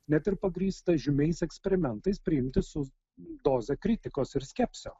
net ir pagrįstą žymiais eksperimentais priimti su doze kritikos ir skepsio